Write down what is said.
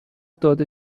داده